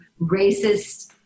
racist